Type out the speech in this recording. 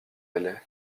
elle